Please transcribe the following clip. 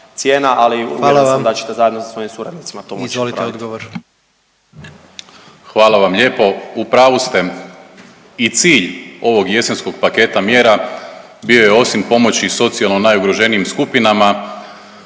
Hvala vam. Izvolite odgovor.